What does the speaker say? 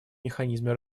механизме